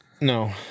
No